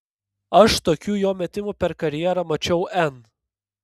aš tokių jo metimų per karjerą mačiau n